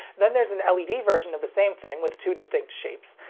then there's an led version of the same thing with two distinct shapes,